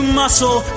muscle